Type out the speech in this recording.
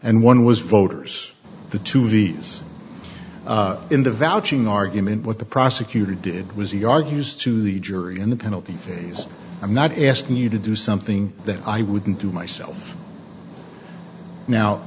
and one was voters the two vs in the vouching argument what the prosecutor did was he argues to the jury in the penalty phase i'm not asking you to do something that i wouldn't do myself now